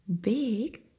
big